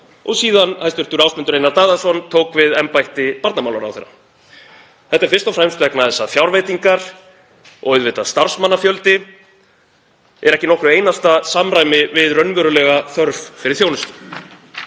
og síðan hæstv. ráðherra Ásmundur Einar Daðason tók við embætti barnamálaráðherra. Þetta er fyrst og fremst vegna þess að fjárveitingar og auðvitað starfsmannafjöldi er ekki í nokkru einasta samræmi við raunverulega þörf fyrir þjónustu.